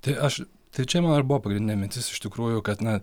tai aš tai čia mano ir buvo pagrindinė mintis iš tikrųjų kad na